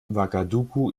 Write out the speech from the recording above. ouagadougou